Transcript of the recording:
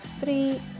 three